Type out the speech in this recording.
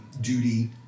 duty